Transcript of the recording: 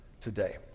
today